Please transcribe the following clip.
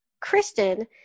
Kristen